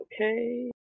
Okay